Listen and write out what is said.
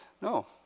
No